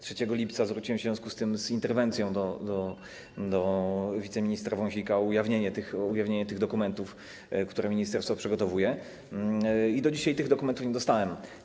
3 lipca zwróciłem się w związku z tym z interwencją do wiceministra Wąsika o ujawnienie tych dokumentów, które ministerstwo przygotowuje, i do dzisiaj tych dokumentów nie dostałem.